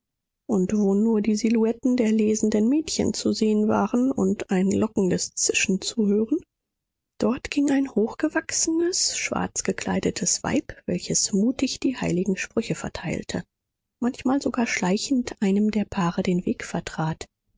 und wo nur die silhouetten der lesenden mädchen zu sehen waren und ein lockendes zischen zu hören dort ging ein hochgewachsenes schwarz gekleidetes weib welches mutig die heiligen sprüche verteilte manchmal sogar schleichend einem paare den weg vertrat